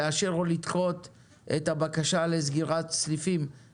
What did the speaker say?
מתוך 7,381 מכשירי ATM, 4,914 פרטיים, שני שלישים.